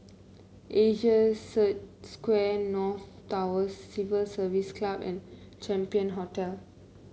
Asia Square North Tower Civil Service Club and Champion Hotel